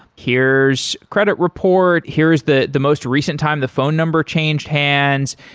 here's credit report, here is the the most recent time the phone number changed hands,